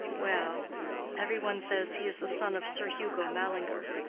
well every one says he is the son of sir hugo mallinger,